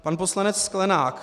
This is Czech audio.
Pan poslanec Sklenák.